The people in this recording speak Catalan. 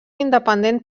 independent